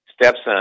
stepson